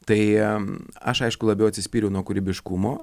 tai aš aišku labiau atsispyriau nuo kūrybiškumo